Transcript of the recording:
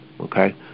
okay